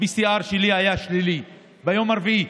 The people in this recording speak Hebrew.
ה-PCR שלי היה שלילי ביום הרביעי,